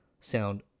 sound